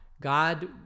God